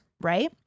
right